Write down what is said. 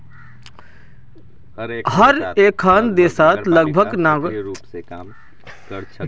हर एकखन देशत लगभग नगरपालिका सक्रिय रूप स काम कर छेक